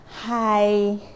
hi